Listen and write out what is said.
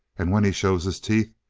and when he shows his teeth,